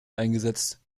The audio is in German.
eingesetzt